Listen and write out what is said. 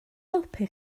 helpu